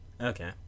Okay